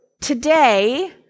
today